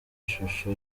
ishusho